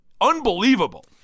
unbelievable